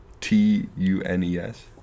T-U-N-E-S